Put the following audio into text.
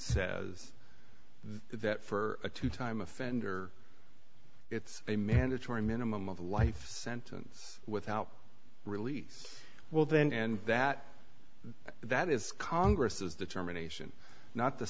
says that for a two time offender it's a mandatory minimum of a life sentence without release well then and that that is congress's determination not the